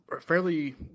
fairly